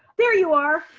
there you are.